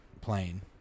plane